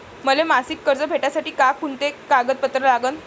मले मासिक कर्ज भेटासाठी का कुंते कागदपत्र लागन?